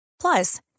Plus